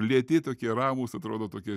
lėti tokie ramūs atrodo tokie